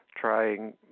trying